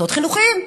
מסעות חינוכיים.